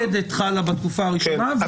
והיא חלה בתקופה הראשונה.